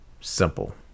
Simple